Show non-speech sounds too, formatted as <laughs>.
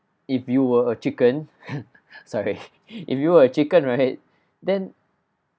if you were a chicken <laughs> sorry if you were a chicken right then